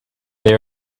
they